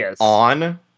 on